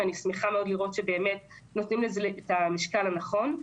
ואני שמחה לראות שנותנים לזה את המשקל הנכון.